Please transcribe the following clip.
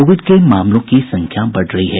Covid के मामलों की संख्या बढ़ रही है